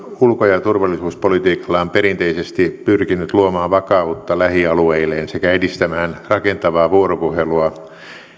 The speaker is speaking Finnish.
ulko ja turvallisuuspolitiikallaan perinteisesti pyrkinyt luomaan vakautta lähialueilleen sekä edistämään rakentavaa vuoropuhelua